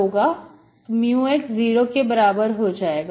My Nx M y1 N μx zero के बराबर हो जाएगा